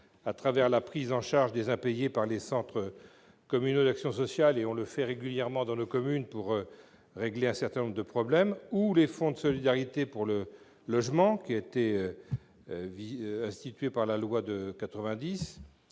à travers la prise en charge des impayés par les centres communaux d'action sociale- on le fait régulièrement dans nos communes pour régler un certain nombre de problèmes -ou les fonds de solidarité pour le logement, qui ont été institués par la loi de 1990